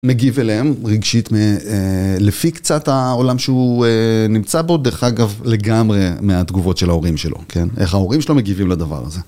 מגיב אליהם רגשית לפי קצת העולם שהוא נמצא בו, דרך אגב לגמרי מהתגובות של ההורים שלו, כן? איך ההורים שלו מגיבים לדבר הזה.